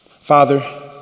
Father